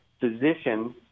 physicians